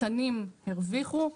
הקטנים הרוויחו.